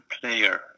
player